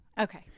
Okay